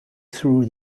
through